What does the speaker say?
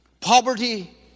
poverty